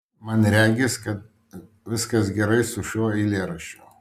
man regis kad viskas gerai su šiuo eilėraščiu